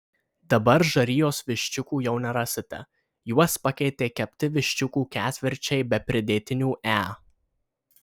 dabar žarijos viščiukų jau nerasite juos pakeitė kepti viščiukų ketvirčiai be pridėtinių e